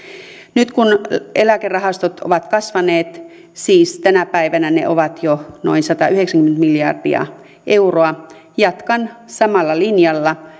nyt kun eläkerahastot ovat kasvaneet siis tänä päivänä ne ovat jo noin satayhdeksänkymmentä miljardia euroa jatkan samalla linjalla